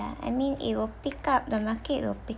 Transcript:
ya I mean it will pick up the market will pi~